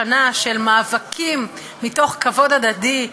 שנה של מאבקים מתוך כבוד הדדי,